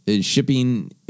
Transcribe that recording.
shipping